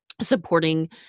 supporting